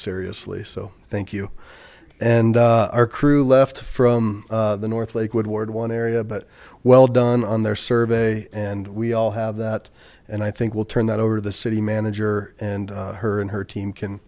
seriously so thank you and our crew left from the north lakewood ward one area but well done on their survey and we all have that and i think we'll turn that over the city manager and her and her team can